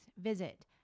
visit